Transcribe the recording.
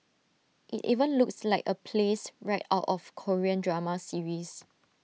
IT even looks like A place right out of Korean drama series